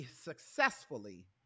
successfully